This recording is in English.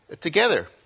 together